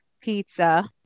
pizza